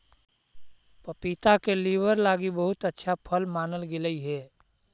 पपीता के लीवर लागी बहुत अच्छा फल मानल गेलई हे